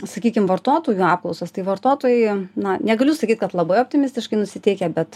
sakykim vartotojų apklausos tai vartotojai na negaliu sakyt kad labai optimistiškai nusiteikę bet